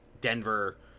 Denver